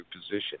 position